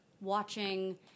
watching